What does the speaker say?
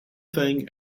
thing